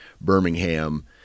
Birmingham